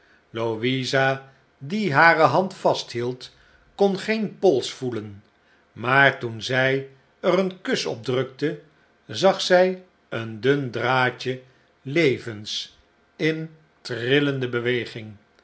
louisa die hare hand vasthield kon geen pols voelen maar toen zij er een kus op drukte zag zij een dun draadje levens in trillende